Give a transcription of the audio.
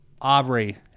Aubrey